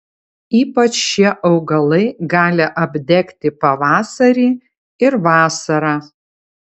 ypač šie augalai gali apdegti pavasarį ir vasarą